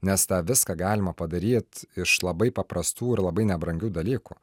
nes tą viską galima padaryt iš labai paprastų ir labai nebrangių dalykų